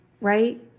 right